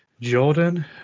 Jordan